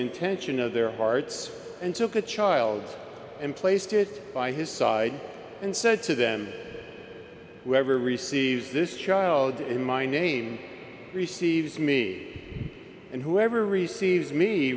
intention of their hearts and took a child and placed it by his side and said to them whoever receives this child in my name receives me and whoever receives me